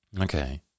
Okay